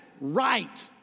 right